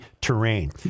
terrain